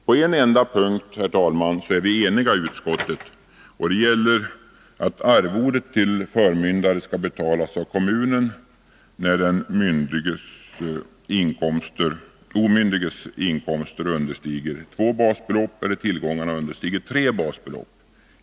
På en enda punkt är vi eniga i utskottet, och det gäller att arvodet till förmyndare skall betalas av kommunen när den omyndiges inkomster understiger två basbelopp eller tillgångarna understiger tre basbelopp.